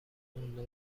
مونده